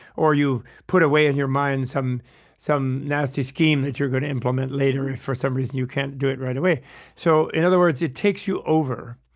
or you put away in your mind some some nasty scheme that you're going to implement later and for some reason you can't do it right away so in other words, it takes you over.